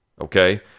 okay